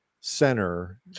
center